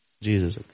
Jesus